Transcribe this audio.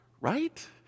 right